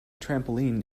trampoline